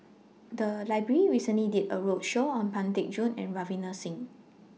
The Library recently did A roadshow on Pang Teck Joon and Ravinder Singh